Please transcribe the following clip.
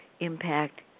impact